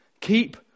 Keep